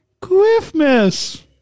Christmas